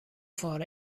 for